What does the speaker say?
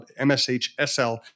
MSHSL